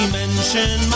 mention